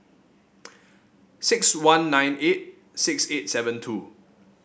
six one nine eight six eight seven two